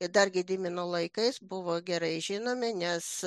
ir dar gedimino laikais buvo gerai žinomi nes